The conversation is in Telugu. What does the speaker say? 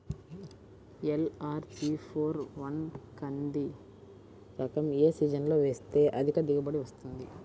ఎల్.అర్.జి ఫోర్ వన్ కంది రకం ఏ సీజన్లో వేస్తె అధిక దిగుబడి వస్తుంది?